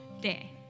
day